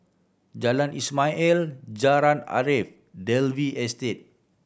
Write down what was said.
Jalan Ismail El Jalan Arif Dalvey Estate